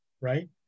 right